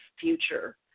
future